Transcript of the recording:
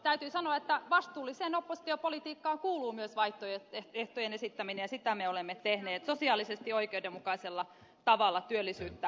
täytyy sanoa että vastuulliseen oppositiopolitiikkaan kuuluu myös vaihtoehtojen esittäminen ja sitä me olemme tehneet sosiaalisesti oikeudenmukaisella tavalla työllisyyttä korostaen